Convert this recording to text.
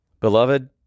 Beloved